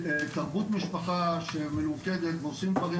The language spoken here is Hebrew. תרבות משפחה שמלוכדת ועושים דברים